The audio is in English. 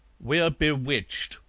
we're bewitched.